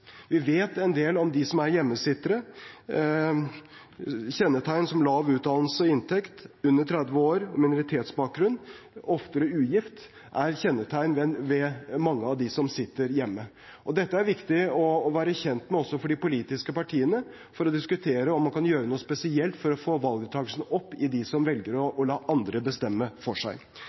vi vet en del om dem som er hjemmesittere. Kjennetegn ved mange av dem som sitter hjemme, er at de har lav utdannelse og inntekt, er under 30 år, har minoritetsbakgrunn og oftere er ugift. Dette er det viktig å være kjent med også for de politiske partiene, for å diskutere om man kan gjøre noe spesielt for å få valgdeltakelsen opp blant dem som velger å la andre bestemme for seg.